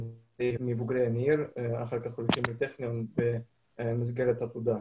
מבוגרי התוכנית אחר כך הולכים ללמוד בטכניון במסגרת עתודה.